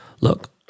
look